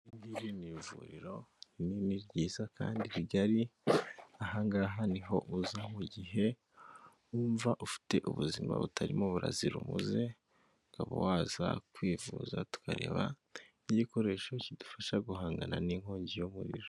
Iri ngiri ni ivuriro rinini ryiza kandi rigari aha ngaha niho uza mu gihe wumva ufite ubuzima butarimo burazira umuze ukaba waza kwivuza tukareba n'igikoresho kidufasha guhangana n'inkongi y'umuriro.